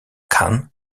khan